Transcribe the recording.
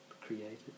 created